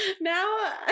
Now